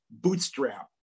Bootstrap